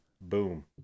boom